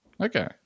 Okay